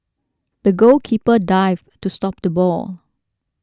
the goalkeeper dived to stop the ball